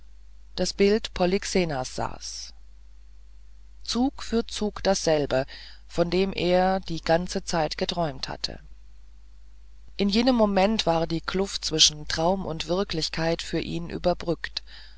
das bild polyxenas saß zug für zug dasselbe von dem er die ganze zeit über geträumt hatte in jenem moment war die kluft zwischen traum und wirklichkeit für ihn überbrückt